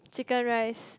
Chicken Rice